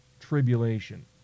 tribulation